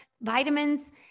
vitamins